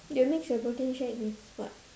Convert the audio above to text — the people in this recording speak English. you'll mix your protein shake with what what